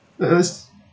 let us